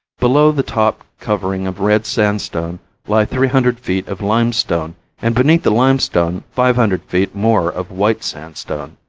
below the top covering of red sandstone lie three hundred feet of limestone and beneath the limestone five hundred feet more of white sandstone.